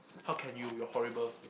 how can you you're horrible